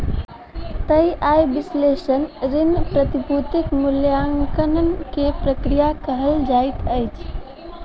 तय आय विश्लेषण ऋण, प्रतिभूतिक मूल्याङकन के प्रक्रिया कहल जाइत अछि